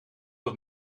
wat